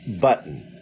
button